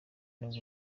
nibwo